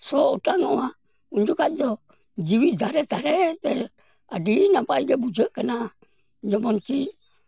ᱥᱚ ᱚᱴᱟᱝ ᱚᱜᱼᱟ ᱩᱱ ᱡᱚᱠᱷᱟᱡ ᱫᱚ ᱡᱤᱣᱤ ᱫᱟᱲᱮ ᱛᱟᱦᱮᱸ ᱛᱮ ᱟᱹᱰᱤ ᱱᱟᱯᱟᱭ ᱜᱮ ᱵᱩᱡᱷᱟᱹᱜ ᱠᱟᱱᱟ ᱡᱮᱢᱚᱱ ᱠᱤ